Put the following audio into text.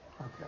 Okay